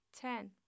ten